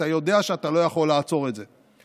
אתה יודע שאתה לא יכול לעצור את זה.